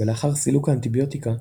ולאחר סילוק האנטיביוטיקה,